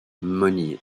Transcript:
monnier